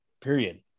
Period